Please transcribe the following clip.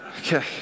Okay